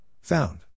found